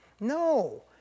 No